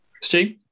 Steve